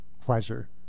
pleasure